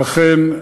ולכן,